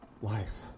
life